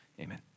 amen